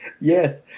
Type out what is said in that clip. yes